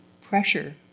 pressure